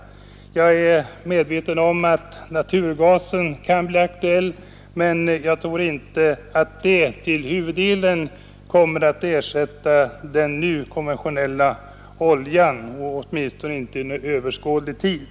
Jag är medveten om att naturgasen kan bli aktuell, men jag tror inte att den till huvuddelen kommer att ersätta den nu konventionella oljan, åtminstone inte inom överskådlig tid.